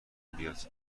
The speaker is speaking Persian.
بیاد